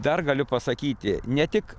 dar galiu pasakyti ne tik